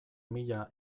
mila